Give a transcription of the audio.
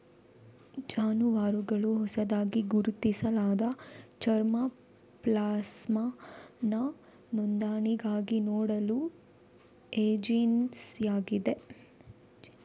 ಜಾನುವಾರುಗಳ ಹೊಸದಾಗಿ ಗುರುತಿಸಲಾದ ಜರ್ಮಾ ಪ್ಲಾಸಂನ ನೋಂದಣಿಗಾಗಿ ನೋಡಲ್ ಏಜೆನ್ಸಿಯಾಗಿದೆ